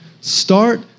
start